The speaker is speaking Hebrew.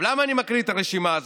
למה אני מקריא את הרשימה הזאת?